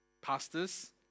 Pastors